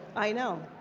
i know.